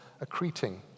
accreting